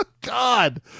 God